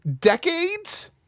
decades